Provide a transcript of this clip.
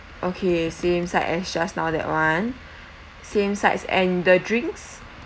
okay same side as just now that [one] same sides and the drink